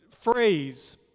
phrase